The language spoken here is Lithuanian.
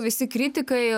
visi kritikai